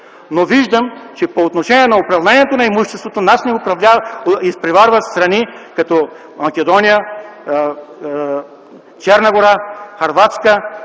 на имущество. По отношение на управление на имуществото обаче нас ни изпреварват страни като Македония, Черна гора, Хърватска,